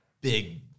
big